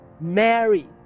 Mary